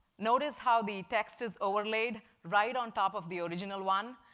notice how the text is overlaid right on top of the original one.